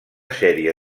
sèrie